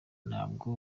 ntabwo